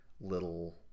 little